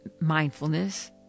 mindfulness